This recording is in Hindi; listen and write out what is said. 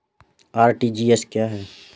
आर.टी.जी.एस क्या है?